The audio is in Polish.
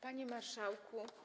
Panie Marszałku!